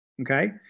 okay